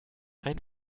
ein